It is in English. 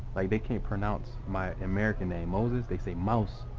like they can't pronounce my american name, moses. they say mouse